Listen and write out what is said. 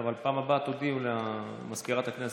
אבל בפעם הבאה תודיעו למזכיר הכנסת.